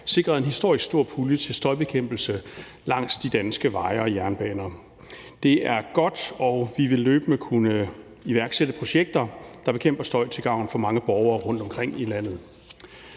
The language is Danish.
sikret en historisk stor pulje til støjbekæmpelse langs de danske veje og jernbaner. Det er godt, og vi vil løbende kunne iværksætte projekter, der bekæmper støj, til gavn for mange borgere rundtomkring i landet.